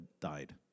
died